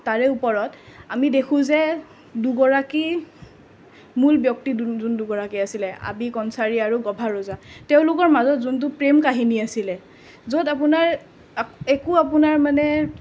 তাৰে ওপৰত আমি দেখোঁ যে দুগৰাকী মূল ব্যক্তি দোন যোন দুগৰাকী আছিলে আবি কনচাৰি আৰু গভা ৰজা তেওঁলোকৰ মাজত যোনটো প্ৰেম কাহিনী আছিলে য'ত আপোনাৰ একো আপোনাৰ মানে